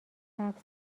سبز